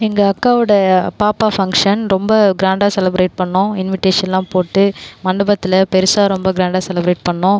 எங்கள் அக்காவோடய பாப்பா ஃபங்ஷன் ரொம்ப கிராண்டாக செலப்ரேட் பண்ணோம் இன்விடேஷன்லாம் போட்டு மண்டபத்தில் பெருசாக ரொம்ப கிராண்டாக செலப்ரேட் பண்ணோம்